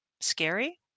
Scary